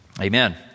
Amen